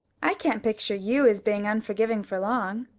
i can't picture you as being unforgiving for long,